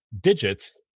digits